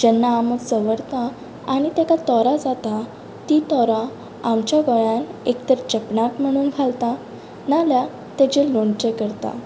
जेन्ना आंबो चवरता आनी ताका तोरां जाता ती तोरां आमच्या गोंयान एक तर चेपणाक म्हणून घालता नाल्यार तेचे लोणचें करतात